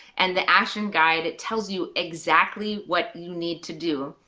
and the action guide, it tells you exactly what you need to do,